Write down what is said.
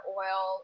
oil